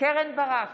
קרן ברק,